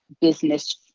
business